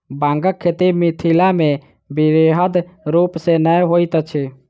बांगक खेती मिथिलामे बृहद रूप सॅ नै होइत अछि